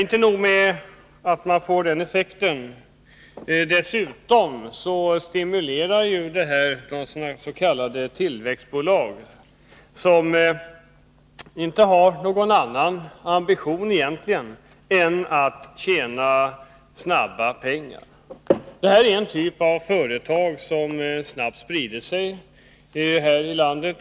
Inte nog med att man får den effekten, det stimulerar dessutom de s.k. tillväxtbolag som egentligen inte har någon annan ambition än att tjäna snabba pengar. Det är en typ av företag som snabbt sprider sig här i landet.